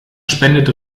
spendet